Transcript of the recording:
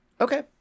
Okay